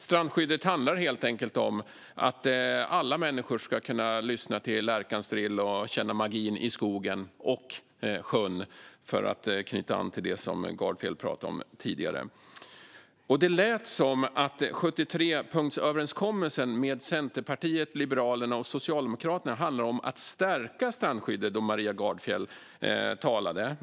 Strandskyddet handlar helt enkelt om att alla människor ska kunna lyssna till lärkans drill och känna magin i skogen och sjön, för att knyta an till det som Gardfjell talade om tidigare. På det Maria Gardfjell sa lät det som om 73-punktsöverenskommelsen med Centerpartiet, Liberalerna och Socialdemokraterna handlade om att stärka strandskyddet.